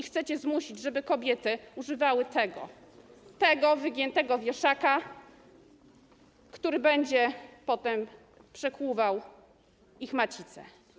Chcecie zmusić, żeby kobiety używały tego wygiętego wieszaka, który będzie potem przekłuwał ich macicę.